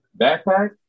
backpack